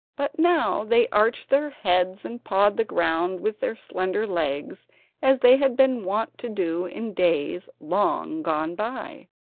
but now they arched their heads, and pawed the ground with their slender legs as they had been wont to do in days long gone by.